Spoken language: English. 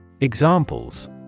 Examples